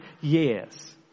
years